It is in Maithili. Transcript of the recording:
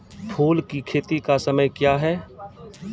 फुल की खेती का समय क्या हैं?